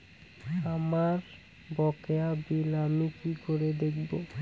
আমার বকেয়া বিল আমি কি করে দেখব?